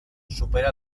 supera